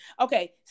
Okay